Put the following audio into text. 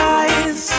eyes